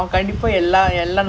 this [one] is twenty